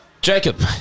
Jacob